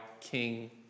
King